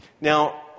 Now